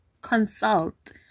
consult